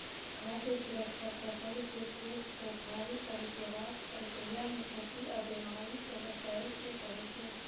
खाद्य सुरक्षा फसलकेँ खेतसँ थारी तक जेबाक प्रक्रियामे क्षति आ बेमारीसँ बचाएब केँ कहय छै